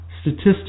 statistics